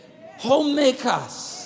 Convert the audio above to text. Homemakers